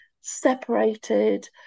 separated